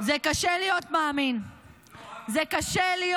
זה קשה להיות מאמין ------ זה קשה להיות,